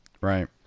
Right